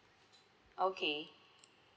okay